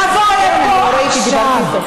תבוא לפה עכשיו,